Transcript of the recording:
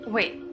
Wait